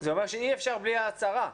זה אומר אי אפשר בלי ההצהרה.